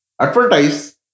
advertise